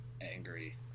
angry